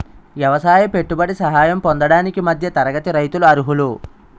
ఎవసాయ పెట్టుబడి సహాయం పొందడానికి మధ్య తరగతి రైతులు అర్హులు